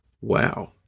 wow